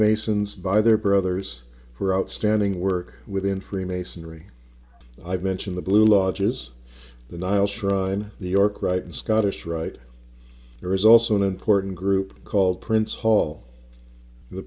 masons by their brothers for outstanding work within freemasonry i've mentioned the blue lodge is the nile shrine the york right and scottish rite there is also an important group called prince hall the